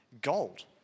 gold